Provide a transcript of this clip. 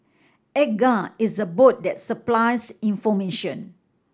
Edgar is a bot that supplies information